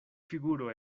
figuro